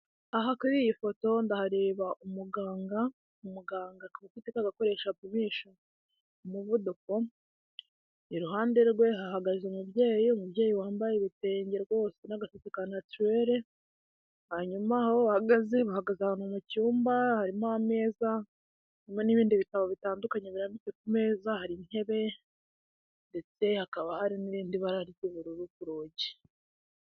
Aha kuri iyi foto ndahareba umuganga umuganga akaba afite ka gakoresho apimisha umuvuduko iruhande rwe hahagaze umubyeyi umubyeyi wambaye ibitenge n'agatsi ka natirere hanyuma aho bahagaze bahagaze ahantu mu cyumba harimo ameza harimo n'ibindi bitabo bitandukanye birambitse ku meza hari intebe ndetse hakaba hari hari n'irindi bara ry'ubururu ku rugi.